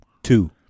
Two